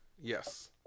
Yes